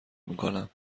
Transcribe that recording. میکنم